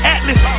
Atlas